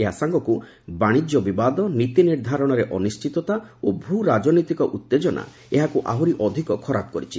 ଏହା ସାଙ୍ଗକୁ ବାଶିଜ୍ୟ ବିବାଦ ନୀତି ନିର୍ଦ୍ଧାରଣରେ ଅନିର୍ଜିତା ଓ ଭୂ ରାଜନୈତିକ ଉତ୍ତେଜନା ଏହାକୁ ଆହୁରି ଅଧିକ ଖରାପ କରିଛି